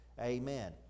Amen